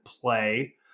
play